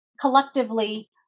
Collectively